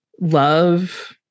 Love